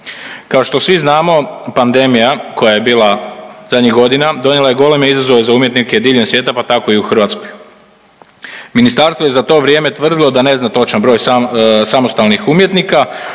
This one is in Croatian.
Kao što svi znamo, pandemija koja je bila zadnjih godina, donijela je goleme izazove za umjetnike diljem svijeta, pa tako i u Hrvatskoj. Ministarstvo je za to vrijeme tvrdilo da ne zna točan broj samostalnih umjetnika,